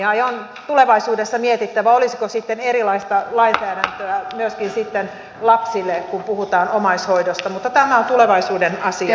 on tulevaisuudessa mietittävä olisiko sitten erilaista lainsäädäntöä myöskin lapsille kun puhutaan omaishoidosta mutta tämä on tulevaisuuden asia